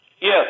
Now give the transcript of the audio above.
Yes